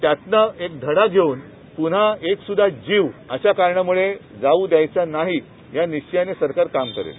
त्यातनं एक धडा घेवून पुन्हा एक सुद्धा जीव अशा कारणामुळे जाऊ द्यायचा नाही या निश्चयाने सरकार काम करेल